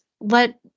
let